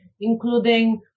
including